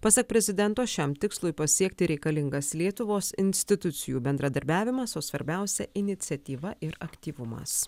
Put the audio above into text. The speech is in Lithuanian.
pasak prezidento šiam tikslui pasiekti reikalingas lietuvos institucijų bendradarbiavimas o svarbiausia iniciatyva ir aktyvumas